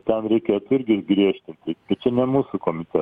ten reikės irgi griežtinti tai čia ne mūsų komiteto